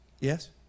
Yes